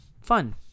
Fun